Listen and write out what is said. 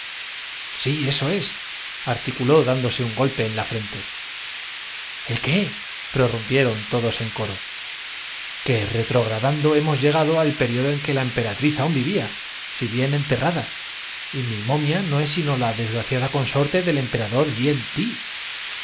sí eso esarticuló dándose un golpe en la frente el qué prorrumpieron todos en coro que retrogradando hemos llegado al período en que la emperatriz aún vivía si bien enterrada y mi del